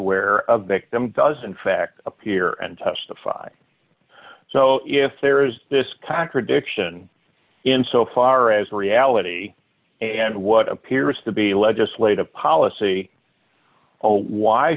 where a victim doesn't fact appear and testify so if there is this contradiction in so far as reality and what appears to be legislative policy oh why